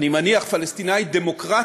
אני מניח פלסטינית דמוקרטית,